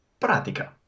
Pratica